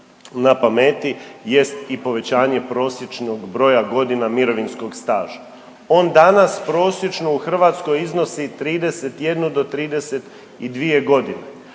na pameti jest i povećanje prosječnog broja godina mirovinskog staža. On danas prosječno u Hrvatskoj iznosi 31 do 32 godine,